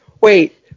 Wait